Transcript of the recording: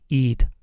eat